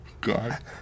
God